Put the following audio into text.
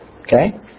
Okay